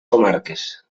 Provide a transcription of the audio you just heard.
comarques